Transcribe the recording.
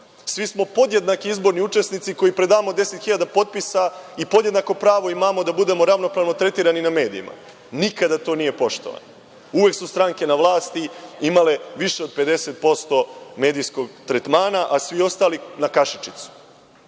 Svi smo podjednaki izborni učesnici koji predamo deset hiljada potpisa i podjednako pravo imamo da budemo ravnopravno tretirani na medijima. Nikada to nije poštovano. Uvek su stranke na vlasti imale više od 50% medijskog tretmana, a svi ostali na kašičicu. Drugi